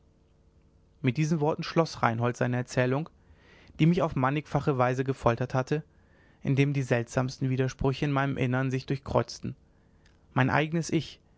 mit diesen worten schloß reinhold seine erzählung die mich auf mannigfache weise gefoltert hatte indem die seltsamsten widersprüche in meinem innern sich durchkreuzten mein eignes ich